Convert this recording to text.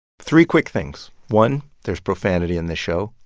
three quick things one, there's profanity in this show.